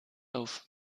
auf